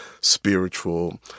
spiritual